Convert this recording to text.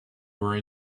were